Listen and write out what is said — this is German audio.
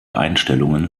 einstellungen